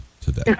today